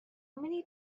many